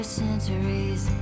centuries